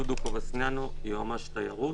דודו קובנסיאנו, יועמ"ש תיירות.